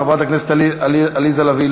חברת הכנסת עליזה לביא,